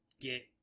get